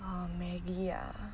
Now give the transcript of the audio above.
err Maggi ah